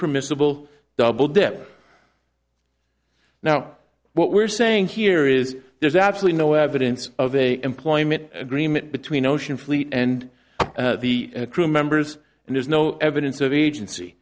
permissible double dip now what we're saying here is there's absolutely no evidence of a employment agreement between ocean fleet and the crew members and there's no evidence of agency